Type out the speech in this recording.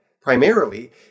primarily